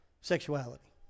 sexuality